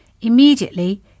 Immediately